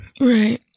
right